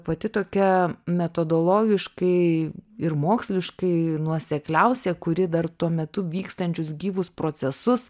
pati tokia metodologiškai ir moksliškai nuosekliausia kuri dar tuo metu vykstančius gyvus procesus